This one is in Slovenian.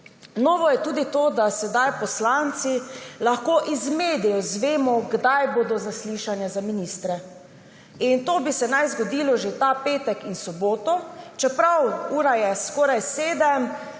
Novo je tudi to, da sedaj poslanci lahko iz medijev izvemo, kdaj bodo zaslišanja za ministre. In to bi se naj zgodilo že ta petek in soboto, čeprav je ura je skoraj sedem